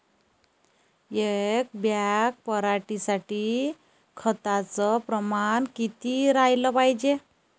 एक बॅग पराटी साठी खताचं प्रमान किती राहाले पायजे?